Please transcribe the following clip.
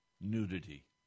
nudity